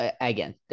Again